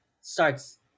starts